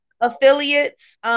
affiliates